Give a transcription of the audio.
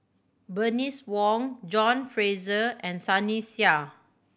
Bernice Wong John Fraser and Sunny Sia